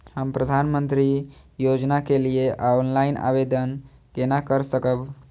हम प्रधानमंत्री योजना के लिए ऑनलाइन आवेदन केना कर सकब?